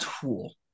tool